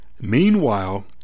Meanwhile